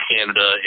Canada